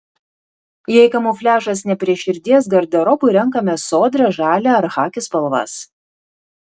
jei kamufliažas ne prie širdies garderobui renkamės sodrią žalią ar chaki spalvas